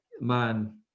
man